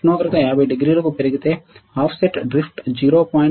ఉష్ణోగ్రత 50 డిగ్రీలకు పెరిగితే ఆఫ్సెట్ డ్రిఫ్ట్ 0